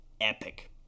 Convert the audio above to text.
epic